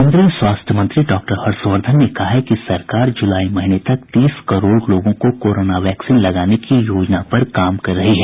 केन्द्रीय स्वास्थ्य मंत्री डॉक्टर हर्षवर्द्धन ने कहा है कि सरकार जुलाई महीने तक तीस करोड़ लोगों को कोरोना वैक्सीन लगाने की योजना पर काम कर रही है